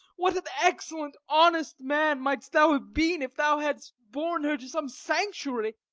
what an excellent honest man mightst thou have been, if thou hadst borne her to some sanctuary!